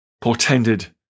portended